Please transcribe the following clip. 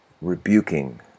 rebuking